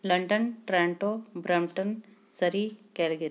London Toronto Brampton Surrey Calgary